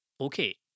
okay